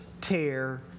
tear